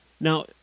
Now